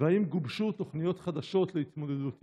והאם גובשו תוכניות חדשות להתמודדות עימם?